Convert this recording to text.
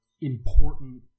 important